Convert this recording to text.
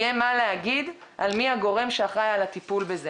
יהיה מה להגיד על מי הגורם שאחראי על הטיפול בזה.